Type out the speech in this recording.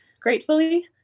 gratefully